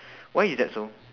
why is that so